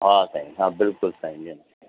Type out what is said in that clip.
हा साई हा बिल्कुलु साईं जन